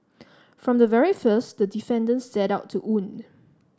from the very first the defendant set out to wound